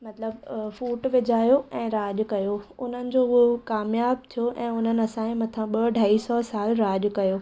मतलबु फूट विझायो ऐं राॼु कयो उन्हनि जो उहो कामियाबु थियो ऐं उन्हनि असांजे मथां ॿ अढाई सौ साल राॼु कयो